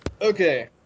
Okay